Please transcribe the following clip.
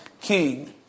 King